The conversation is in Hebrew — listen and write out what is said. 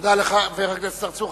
תודה לך, חבר הכנסת צרצור.